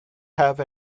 have